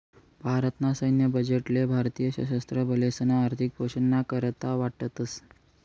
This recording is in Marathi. भारत ना सैन्य बजेट ले भारतीय सशस्त्र बलेसना आर्थिक पोषण ना करता वाटतस